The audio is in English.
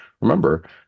Remember